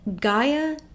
Gaia